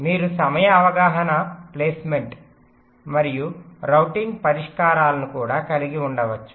మీరు సమయ అవగాహన ప్లేస్మెంట్ మరియు రౌటింగ్ పరిష్కారాలను కూడా కలిగి ఉండవచ్చు